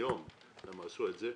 היום הם עשו את זה.